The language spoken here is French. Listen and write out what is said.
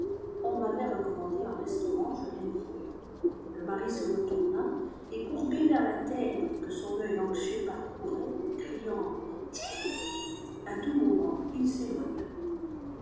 on m'avait recommandé un restaurant je l'mdiquai le mari se retourna et courbé vers la terre que son œil anxieux parcourait criant tiiitiiit à tout moment il s'éloigna